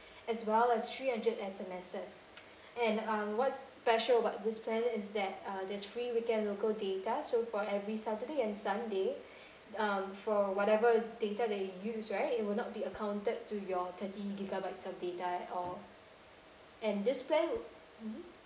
as well as three hundred S_M_Ses and um what's special about this plan is that uh there's free weekend local data so for every saturday and sunday um for whatever data that you use right it would not be accounted to your thirty gigabytes of data at all and this plan wou~ mmhmm